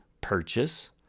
purchase